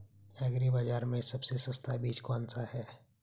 Agree बाज़ार में सबसे सस्ता बीज कौनसा है?